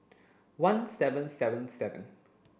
one seven seven seven